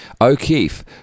o'keefe